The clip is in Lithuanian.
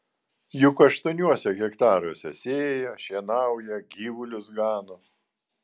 juk aštuoniuose hektaruose sėja šienauja gyvulius gano